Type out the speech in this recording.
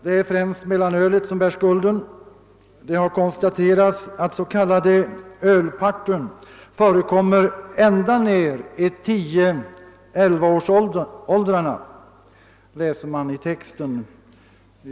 Det är främst mellanölet som bär skulden. Det har konstaterats att s.k. ölpartyn förekommer ända ner i 10—11-årsåldrarna, läser man i texten.